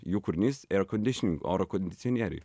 jų kūrinys air condition oro kondicionieriai